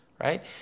right